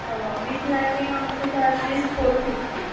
with lining आमची charges four fifty